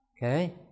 Okay